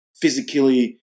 physically